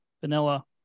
vanilla